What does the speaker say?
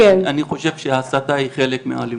אני חושב שהסתה היא חלק מהאלימות,